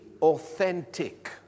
authentic